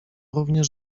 również